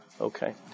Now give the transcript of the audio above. Okay